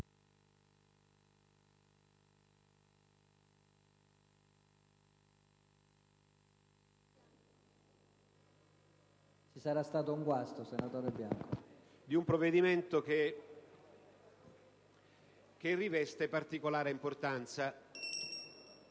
di un provvedimento che riveste particolare importanza.